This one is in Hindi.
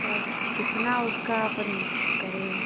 तो अब कितना उसका अपन करे